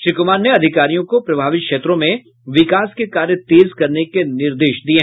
श्री कुमार ने अधिकारियों को प्रभावित क्षेत्रों में विकास के कार्य तेज करने के निर्देश दिये